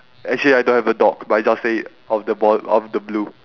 actually I don't have a dog but I just say it out of the ball out of the blue